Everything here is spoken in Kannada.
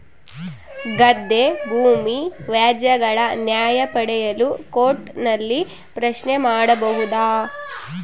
ಗದ್ದೆ ಭೂಮಿ ವ್ಯಾಜ್ಯಗಳ ನ್ಯಾಯ ಪಡೆಯಲು ಕೋರ್ಟ್ ನಲ್ಲಿ ಪ್ರಶ್ನೆ ಮಾಡಬಹುದಾ?